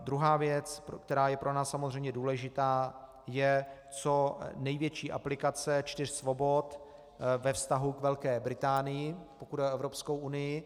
Druhá věc, která je pro nás samozřejmě důležitá, je co největší aplikace čtyř svobod ve vztahu k Velké Británii, pokud jde o Evropskou unii.